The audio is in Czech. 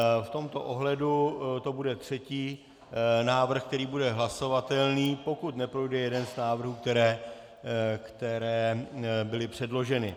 V tomto ohledu to bude třetí návrh, který bude hlasovatelný, pokud neprojde jeden z návrhů, které byly předloženy.